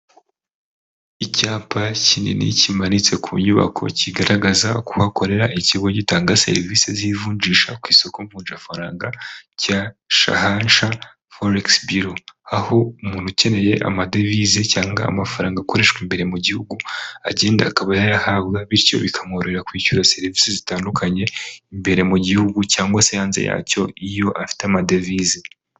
Icyapa kinini kimanitse ku nyubako kigaragaza ko hakorera ikigo gitanga serivisi z'ivunjisha ku isoko mvujafaranga, cya shahansha foregisi biro. Aho umuntu ukeneye amadevize cyangwa amafaranga akoreshwa imbere mu gihugu agenda akaba yayahabwa bityo bikamworohera kwishyura serivisi zitandukanye imbere mu gihugu cyangwa se hanze yacyo iyo afite amadevize.